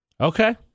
Okay